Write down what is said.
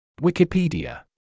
Wikipedia